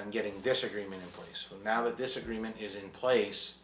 on getting disagreement in place and now the disagreement is in place